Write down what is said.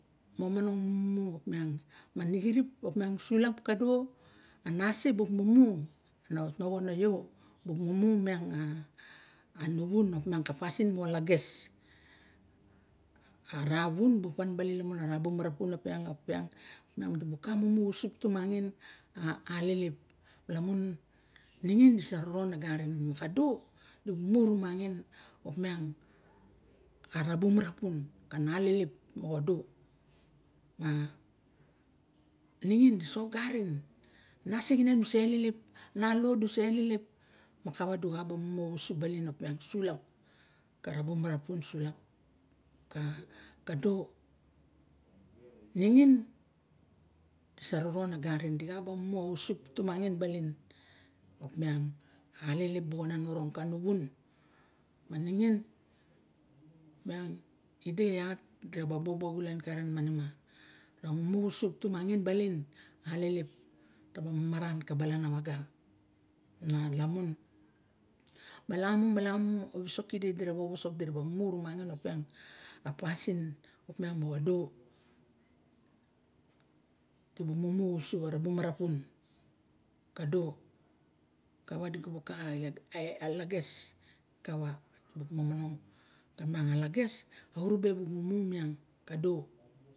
Momonong mumu opiang ma nixirip opiang sulap kado anase buk mumu na toxon na io mumu miang a nu wun opiang a pasin moxo lages a ra wun pu pan baling lamun ara bumara pun opiang opiang kibu ku muu sup timangin a alelep lamun ningin disa ron agarin ma xa do di buk mu rumangin opmiang ara ba marapun kana alelep moxa do ma ningin disa ogarin nasixinen du sa lelep nalo du sa elelep ma kawa di xa ba mumu ausup baling opiang sulap kara bu marapun sulap kade ningin dixo roron aganin dixa ba mumu asup tumangin baling opiang alelep bu onan orong ma ringim miang ide iat ira ba iwen karen ra mumu ausp tumangin baling alelep taba maran ka balana wago ma lamun unalamu malamu a wisok diraba mu rumangin a pasin opiang moxa do dibu mumu ausup aba marapun kawa dibu ka lages kawa miang a lages a urube buk mumu miang.